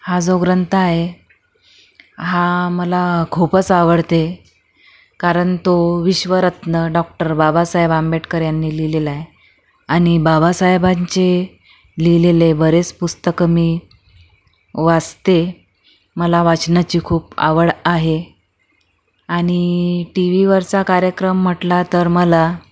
हा जो ग्रंथ आहे हा मला खूपच आवडते कारण तो विश्वरत्न डॉक्टर बाबासाहेब आंबेडकर यांनी लिहिलेला आहे आणि बाबासाहेबांचे लिहिलेले बरेच पुस्तकं मी वाचते मला वाचनाची खूप आवड आहे आणि टी वीवरचा कार्यक्रम म्हटला तर मला